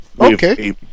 Okay